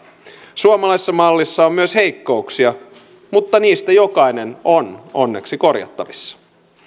suomalaisessa mallissa on myös heikkouksia mutta niistä jokainen on onneksi korjattavissa